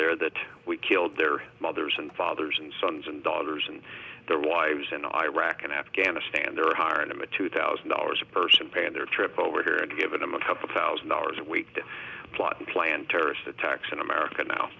there that we killed their mothers and fathers and sons and daughters and their wives in iraq and afghanistan they're hiring them a two thousand dollars a person paying their trip over here and giving him a couple thousand dollars a week to plot and plan terrorist attacks in america now